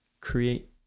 create